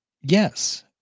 Yes